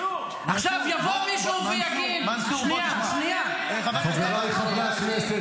--- מנסור --- חבריי חברי הכנסת,